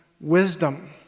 wisdom